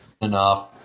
enough